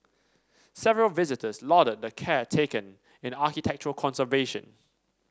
several visitors lauded the care taken in architectural conservation